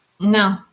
No